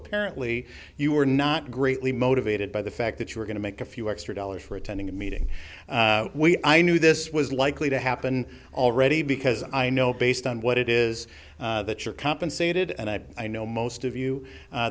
apparently you were not greatly motivated by the fact that you were going to make a few extra dollars for attending a meeting i knew this was likely to happen already because i know based on what it is that you're compensated and that i know most of you